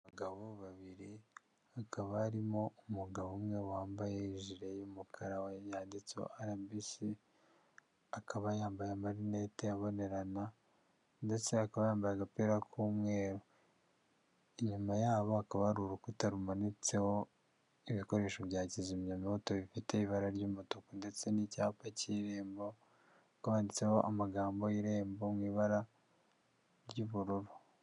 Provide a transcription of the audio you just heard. Gabo babiri hakaba arimo umugabo umwe wambaye jire y'umukara yanditseho arabisi akaba yambaye marinette abonerana, ndetse akaba yambaye agapira k'umweru inyuma yabo akaba ari urukuta rumanitseho ibikoresho bya kizimyamto bifite ibara ry'umutuku ndetse n'icyapa cy'irembo, rwanditseho amagambo y'irembo mu ibara ry'ubururu.